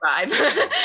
vibe